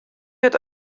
wird